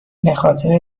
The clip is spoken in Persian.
بخاطر